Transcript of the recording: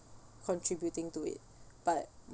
contributing to it but